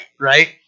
right